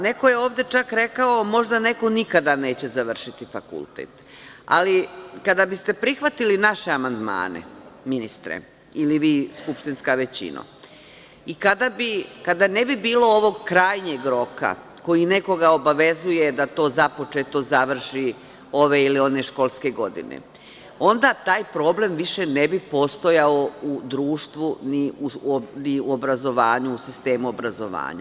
Neko je ovde čak rekao, možda neko nikada neće završiti fakultet, ali kada bi ste prihvatili naše amandmane, ministre, ili vi skupštinska većino i kada ne bi bilo ovog krajnjeg roka koji nekoga obavezuje da to započeto završi ove ili one školske godine, onda taj problem više ne bi postojao u društvu ni u obrazovanju, u sistemu obrazovanja.